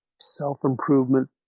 self-improvement